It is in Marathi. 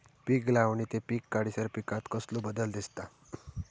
पीक लावणी ते पीक काढीसर पिकांत कसलो बदल दिसता?